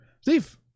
Steve